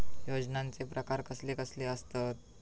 योजनांचे प्रकार कसले कसले असतत?